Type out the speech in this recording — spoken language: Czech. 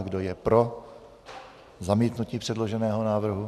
Kdo je pro zamítnutí předloženého návrhu?